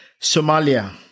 Somalia